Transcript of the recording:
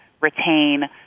retain